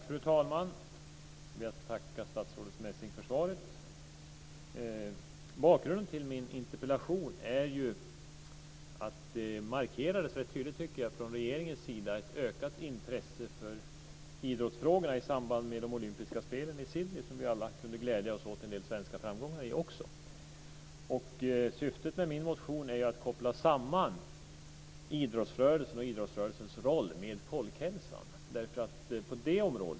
Fru talman! Jag ber att få tacka statsrådet Messing för svaret. Bakgrunden till min interpellation är att det från regeringens sida rätt tydligt, tycker jag, markerades ett ökat intresse för idrottsfrågorna i samband med de olympiska spelen i Sydney, där vi alla också kunde glädjas åt en del svenska framgångar. Syftet med min motion är att koppla samman idrottsrörelsen och idrottsrörelsens roll med folkhälsan.